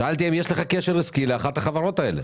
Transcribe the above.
שאלתי האם יש לך קשר עסקי לאחת החברות האלה.